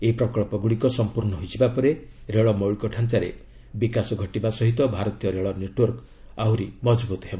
ଏହି ପ୍ରକଳ୍ପଗୁଡ଼ିକ ସଂପୂର୍ଣ୍ଣ ହୋଇଯିବା ପରେ ରେଳ ମୌଳିକ ଢାଞ୍ଚାରେ ବିକାଶ ଘଟିବା ସହ ଭାରତୀୟ ରେଳ ନେଟୱର୍କ ଆହୁରି ମଜବୁତ ହେବ